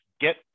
get